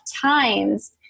times